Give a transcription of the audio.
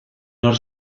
nor